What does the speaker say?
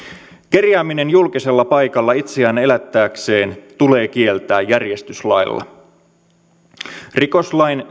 kerjääminen julkisella paikalla itseään elättääkseen tulee kieltää järjestyslailla rikoslain